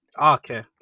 okay